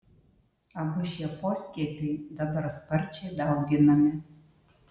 abu šie poskiepiai dabar sparčiai dauginami